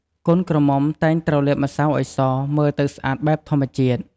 កូនក្រមុំតែងត្រូវលាបម្សៅឲ្យស មើលស្អាតបែបធម្មជាតិ។